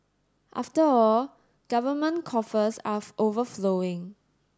after all government coffers are overflowing